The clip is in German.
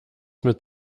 mit